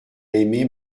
aimé